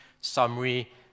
summary